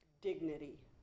dignity